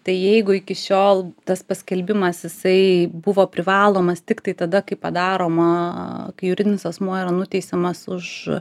tai jeigu iki šiol tas paskelbimas jisai buvo privalomas tiktai tada kai padaroma kai juridinis asmuo yra nuteisiamas už